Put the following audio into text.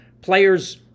players